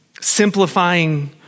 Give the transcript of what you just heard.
simplifying